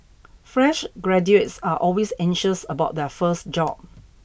fresh graduates are always anxious about their first job